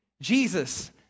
Jesus